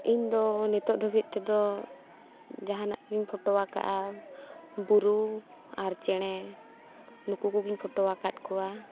ᱤᱧ ᱫᱚ ᱱᱤᱛᱚᱜ ᱫᱷᱟᱹᱵᱤᱡ ᱛᱮᱫᱚ ᱡᱟᱦᱟᱱᱟᱜ ᱜᱤᱧ ᱯᱷᱳᱴᱳ ᱟᱠᱟᱫᱼᱟ ᱵᱩᱨᱩ ᱟᱨ ᱪᱮᱬᱮ ᱱᱩᱠᱩ ᱠᱚᱜᱮᱧ ᱯᱷᱳᱴᱳ ᱟᱠᱟᱫ ᱠᱚᱣᱟ